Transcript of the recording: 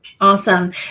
awesome